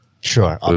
Sure